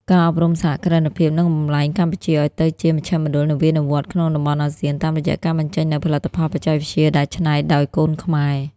ការអប់រំសហគ្រិនភាពនឹងបំប្លែងកម្ពុជាឱ្យទៅជា "មជ្ឈមណ្ឌលនវានុវត្តន៍" ក្នុងតំបន់អាស៊ាន តាមរយៈការបញ្ចេញនូវផលិតផលបច្ចេកវិទ្យាដែលច្នៃដោយកូនខ្មែរ។